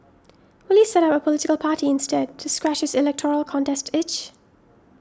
will he set up a political party instead to scratch his electoral contest itch